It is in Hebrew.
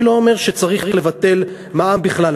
אני לא אומר שצריך לבטל את המע"מ בכלל.